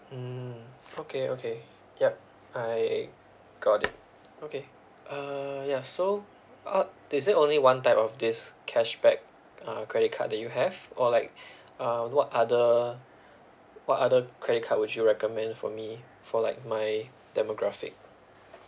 mm okay okay yup I got it okay uh ya so uh is it only one type of this cashback uh credit card that you have or like uh what other what other credit card would you recommend for me for like my demographic